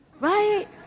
right